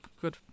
good